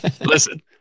Listen